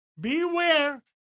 beware